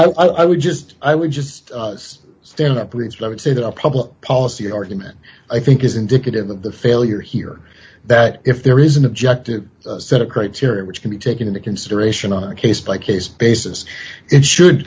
make i would just i would just stand up please i would say that a public policy argument i think is indicative of the failure here that if there is an objective set of criteria which can be taken into consideration on a case by case basis it should